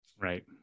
Right